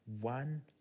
one